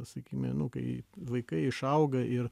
sakykime nu kai vaikai išauga ir